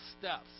steps